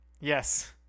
Yes